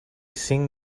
sing